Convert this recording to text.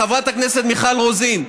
חברת הכנסת מיכל רוזין,